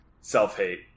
self-hate